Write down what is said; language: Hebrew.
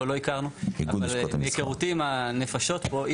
מהיכרותי עם הנפשות פה,